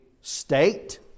state